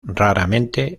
raramente